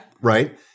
right